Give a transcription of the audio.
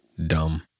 dumb